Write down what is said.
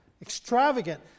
Extravagant